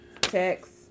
text